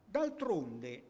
D'altronde